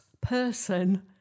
person